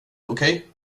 okej